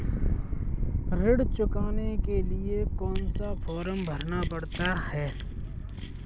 ऋण चुकाने के लिए कौन सा फॉर्म भरना पड़ता है?